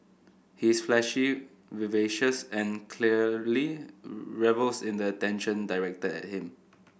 he's flashy vivacious and clearly revels in the attention directed at him